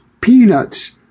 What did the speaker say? Peanuts